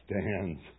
stands